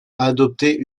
adopter